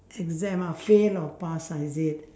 exam ah fail or pass ah is it